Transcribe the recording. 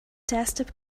desktop